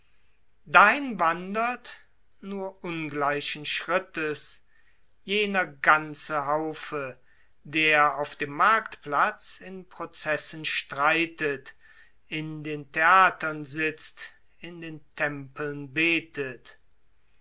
dahin wandert ungleichen schrittes jener ganze haufe der auf dem marktplatz in prozessen streiten in den theatern sitzt in den tempeln betet